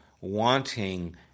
wanting